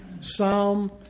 psalm